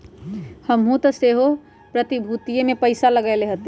हमहुँ तऽ सेहो प्रतिभूतिय में पइसा लगएले हती